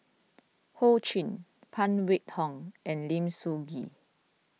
Ho Ching Phan Wait Hong and Lim Sun Gee